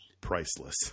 Priceless